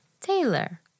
Taylor